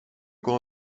kon